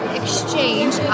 exchange